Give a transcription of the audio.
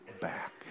back